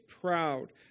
proud